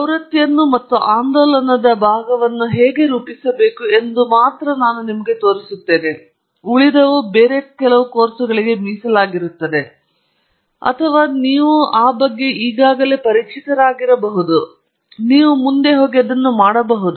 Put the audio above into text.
ಪ್ರವೃತ್ತಿಯನ್ನು ಮತ್ತು ಆಂದೋಲನದ ಭಾಗವನ್ನು ಹೇಗೆ ರೂಪಿಸಬೇಕು ಎಂದು ನಾನು ನಿಮಗೆ ಮಾತ್ರ ತೋರಿಸುತ್ತೇನೆ ಮತ್ತು ಉಳಿದವು ಬೇರೆ ಕೆಲವು ಕೋರ್ಸ್ಗಳಿಗೆ ಮೀಸಲಾಗಿರುತ್ತದೆ ಅಥವಾ ನೀವು ಅದರೊಂದಿಗೆ ಈಗಾಗಲೇ ಪರಿಚಿತರಾಗಿರಬಹುದು ನೀವು ಮುಂದೆ ಹೋಗಿ ಅದನ್ನು ಮಾಡಬಹುದು